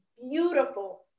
beautiful